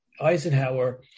Eisenhower